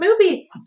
movie